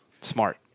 Smart